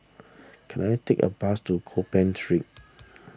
can I take a bus to Gopeng Street